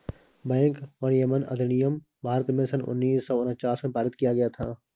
bank विनियमन अधिनियम भारत में सन उन्नीस सौ उनचास में पारित किया गया था